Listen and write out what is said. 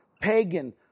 pagan